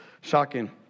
Shocking